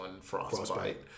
Frostbite